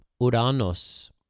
uranus